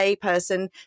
person